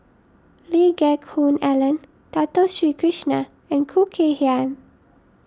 Lee Geck Hoon Ellen Dato Sri Krishna and Khoo Kay Hian